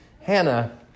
Hannah